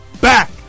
back